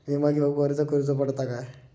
विमा घेउक अर्ज करुचो पडता काय?